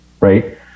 Right